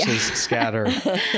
scatter